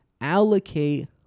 allocate